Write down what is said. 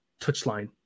Touchline